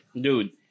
dude